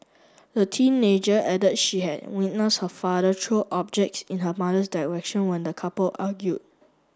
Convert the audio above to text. the teenager added she had witnessed her father throw objects in her mother's direction when the couple argued